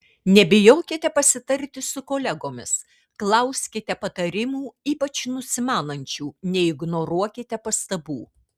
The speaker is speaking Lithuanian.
nebijokite pasitarti su kolegomis klauskite patarimų ypač nusimanančių neignoruokite pastabų